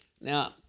Now